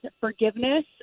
forgiveness